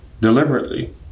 deliberately